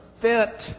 fit